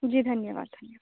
जी धन्यवाद